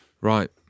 Right